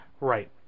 Right